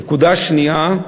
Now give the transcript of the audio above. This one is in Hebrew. נקודה שנייה,